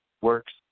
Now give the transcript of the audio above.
works